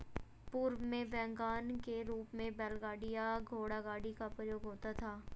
पूर्व में वैगन के रूप में बैलगाड़ी या घोड़ागाड़ी का प्रयोग होता था